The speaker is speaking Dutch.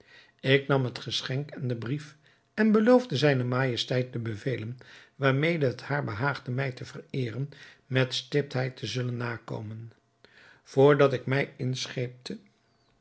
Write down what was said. ik nam het geschenk en den brief en beloofde zijne majesteit de bevelen waarmede het haar behaagde mij te vereeren met stiptheid te zullen nakomen vr dat ik mij inscheepte